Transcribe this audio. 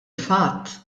fatt